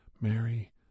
Mary